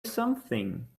something